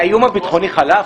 האיום הביטחוני חלף?